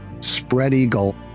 spread-eagle